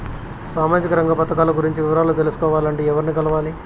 సామాజిక రంగ పథకాలు గురించి వివరాలు తెలుసుకోవాలంటే ఎవర్ని కలవాలి?